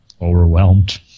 overwhelmed